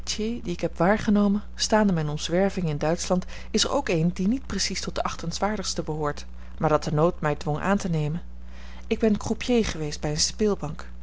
die ik heb waargenomen staande mijne omzwervingen in duitschland is er ook een die niet precies tot de achtenswaardigste behoort maar dat de nood mij dwong aan te nemen ik ben croupier geweest bij eene